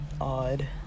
odd